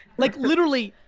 like literally,